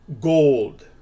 Gold